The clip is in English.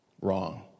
wrong